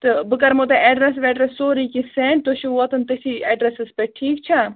تہٕ بہٕ کَرہو تۄہہِ ایٚڈرَس ویٚڈرس سورُے کیٚنٛہہ سیٚنٛڈ تۄہہِ چھُو واتُن تٔتھی ایٚڈرَسَس پٮ۪ٹھ ٹھیٖک چھا